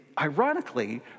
ironically